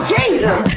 Jesus